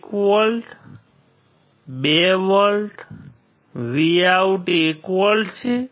1 volt 2 વોલ્ટVout 1 volt છે